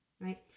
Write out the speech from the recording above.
right